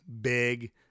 big